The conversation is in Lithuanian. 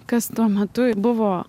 kas tuo metu buvo